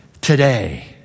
today